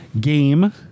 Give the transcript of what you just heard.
game